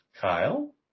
Kyle